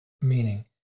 meaning